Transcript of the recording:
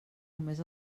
només